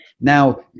Now